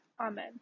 Amen